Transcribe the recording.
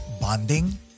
bonding